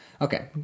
Okay